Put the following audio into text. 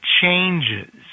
changes